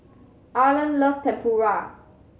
Arlan love Tempura